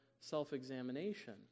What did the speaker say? self-examination